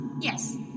Yes